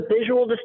visual